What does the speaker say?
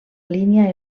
línia